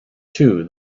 too